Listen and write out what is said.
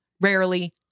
rarely